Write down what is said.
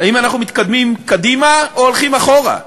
האם אנחנו הולכים קדימה או הולכים אחורה?